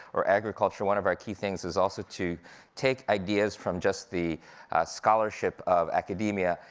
or agriculture, one of our key things is also to take ideas from just the scholarship of academia,